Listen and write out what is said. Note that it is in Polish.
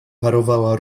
parowała